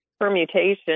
permutation